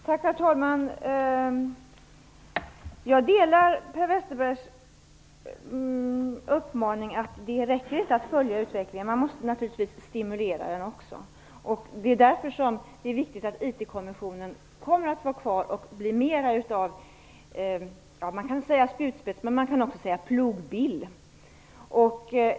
Herr talman! Jag delar Per Westerbergs uppfattning att det inte räcker att följa utvecklingen. Man måste naturligtvis också stimulera den. Det är därför som det är viktigt att IT-kommissionen blir kvar och blir mer av en spjutspets eller en plogbill.